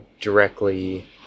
directly